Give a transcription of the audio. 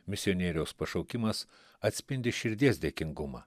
misionieriaus pašaukimas atspindi širdies dėkingumą